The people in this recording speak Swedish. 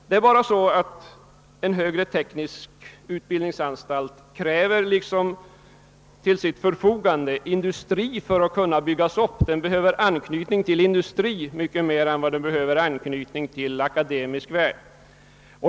Det är bara så, att en högre teknisk utbildningsanstalt till sitt förfogande behöver ha industri för att kunna byggas upp — den behöver anknytning till industri mycket mera än till en akademisk värld.